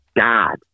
God